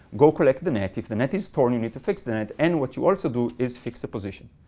go collect the net. if the net is torn, you need to fix the net. and what you also do is fix the position.